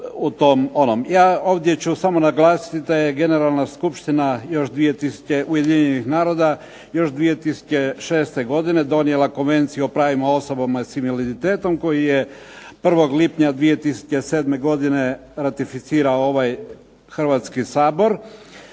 Ja ću samo naglasiti da je Generalna skupština Ujedinjenih naroda još 2006. godine donijela Konvenciju o pravima osoba s invaliditetom koji je 1. lipnja 2007. godine ratificirao ovaj Hrvatski sabor,